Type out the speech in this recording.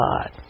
God